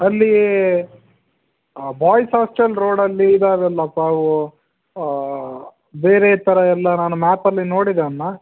ಅಲ್ಲಿ ಆ boys hostel ರೋಡಲ್ಲಿ ಇದಾವಲ್ಲಪ್ಪ ಅವು ಬೇರೆ ಥರ ಎಲ್ಲ ನಾನು ಮ್ಯಾಪಲ್ಲಿ ನೋಡಿದೆ ಅದನ್ನ